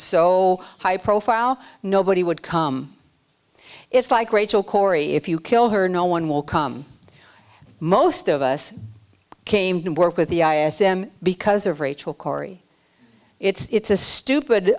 so high profile nobody would come it's like rachel corrie if you kill her no one will come most of us came to work with the i asked them because of rachel corrie it's a stupid